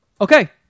okay